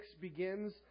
begins